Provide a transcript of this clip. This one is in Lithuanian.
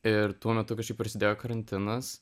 ir tuo metu kažkaip prasidėjo karantinas